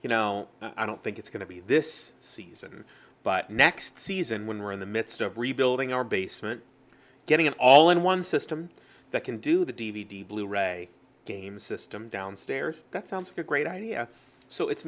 you know i don't think it's going to be this season but next season when we're in the midst of rebuilding our basement getting it all in one system that can do the d v d blu ray game system downstairs that sounds like a great idea so it's